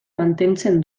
mantentzen